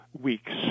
Weeks